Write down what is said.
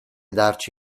darci